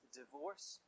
divorce